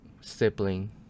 sibling